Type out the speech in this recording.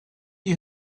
you